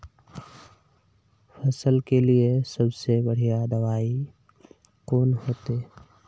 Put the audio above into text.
फसल के लिए सबसे बढ़िया दबाइ कौन होते?